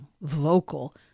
vocal